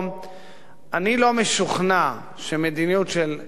אני לא משוכנע שמדיניות של חרמות